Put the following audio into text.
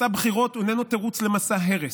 מסע בחירות הוא איננו תירוץ למסע הרס.